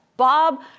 Bob